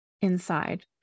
Inside